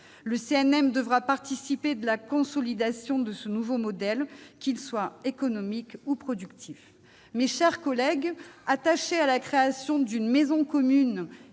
Le CNM devra participer de la consolidation de ce nouveau modèle, qu'il soit économique ou productif. Mes chers collègues, attaché à la création d'une maison commune